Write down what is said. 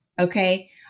okay